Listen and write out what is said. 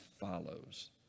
follows